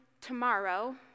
tomorrow